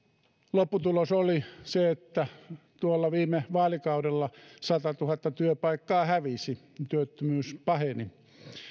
lopputulos oli se että tuolla viime vaalikaudella satatuhatta työpaikkaa hävisi ja työttömyys paheni